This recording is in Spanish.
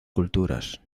culturas